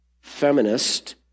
feminist